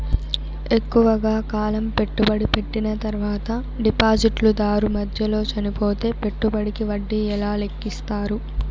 ఎక్కువగా కాలం పెట్టుబడి పెట్టిన తర్వాత డిపాజిట్లు దారు మధ్యలో చనిపోతే పెట్టుబడికి వడ్డీ ఎలా లెక్కిస్తారు?